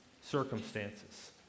circumstances